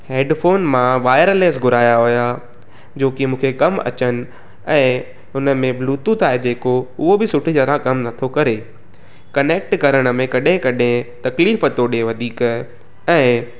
headphone मां wireless घुराया हुया जोकी मूंखे कमु अचनि ऐं उन में ब्लूटूथ आहे जेको उहो बि सुठी तरह कमु नथो करे कनेक्ट करण में कडहिं कडहिं तकलीफ़ थो ॾे वधीक ऐं